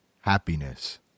happiness